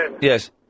yes